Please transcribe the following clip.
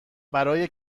برای